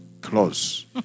close